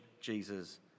Jesus